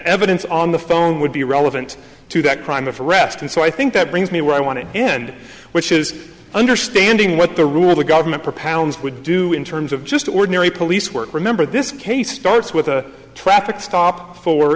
evidence on the phone would be relevant to that crime of arrest and so i think that brings me where i want to end which is understanding what the rule of the government propounds would do in terms of just ordinary police work remember this case starts with a traffic stop for